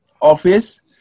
office